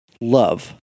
Love